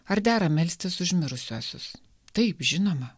ar dera melstis už mirusiuosius taip žinoma